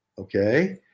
okay